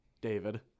David